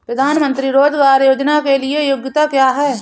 प्रधानमंत्री रोज़गार योजना के लिए योग्यता क्या है?